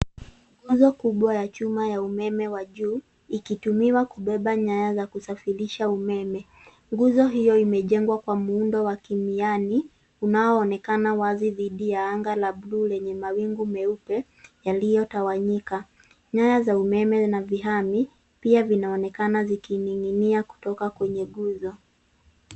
Nguzo kubwa ya chuma ya umeme wa juu ikitumiwa kubeba nyaya za kusafirisha umeme. Nguzo hiyo imejengwa kwa muundo wa kimiani unaoonekana wazi dhidi ya anga la bluu lenye mawingu meupe yaliyotawanyika. Nyaya za umeme na vihami pia vinaonekana zikining'inia kutoka kwenye nguzo.